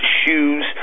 shoes